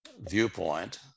viewpoint